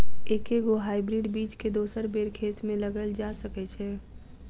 एके गो हाइब्रिड बीज केँ दोसर बेर खेत मे लगैल जा सकय छै?